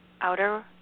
outer